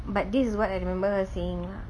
but this is what I remember seeing lah